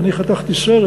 אני חתכתי סרט,